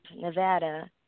Nevada